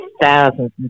thousands